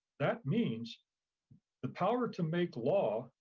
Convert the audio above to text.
that means the power to make law,